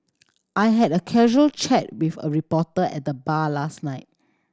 I had a casual chat with a reporter at the bar last night